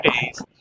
days